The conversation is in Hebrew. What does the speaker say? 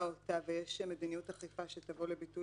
אכיפת